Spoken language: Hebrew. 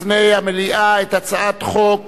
בפני המליאה את הצעת חוק